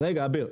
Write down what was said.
רגע, אביר.